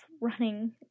running